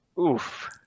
Oof